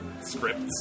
scripts